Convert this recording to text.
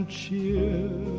cheer